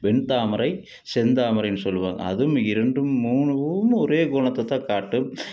வெண்தாமரை செந்தாமரைன்னு சொல்லுவாங்க அதுவும் இரண்டும் மூணு பூவும் ஒரே குணத்தைதான் காட்டும்